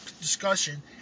discussion